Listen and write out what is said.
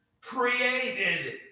created